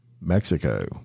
Mexico